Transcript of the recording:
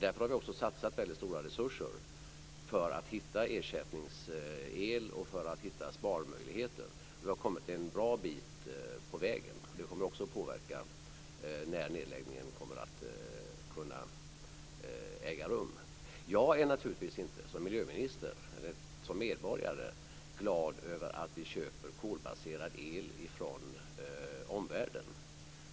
Därför har vi satsat stora resurser för att hitta ersättningsel och för att hitta sparmöjligheter, och vi har kommit en bra bit på väg. Det kommer också att påverka tidpunkten då nedläggningen ska kunna äga rum. Jag är naturligtvis inte som miljöminister eller medborgare glad över att vi köper kolbaserad el från omvärlden.